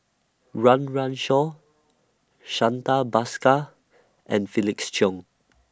Shui Lan Ali Iskandar Shah and Surtini Sarwan